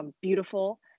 beautiful